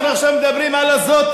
עכשיו אנחנו מדברים על זו,